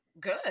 good